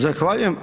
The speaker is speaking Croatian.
Zahvaljujem.